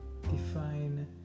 define